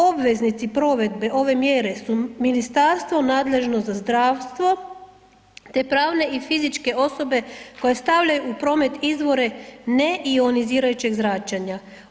Obveznici provedbe ove mjere su ministarstvo nadležno za zdravstvo te pravne i fizičke osobe koje stavljaju u promet izvore neionizirajućeg zračenja.